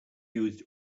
used